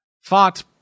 Fought